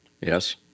Yes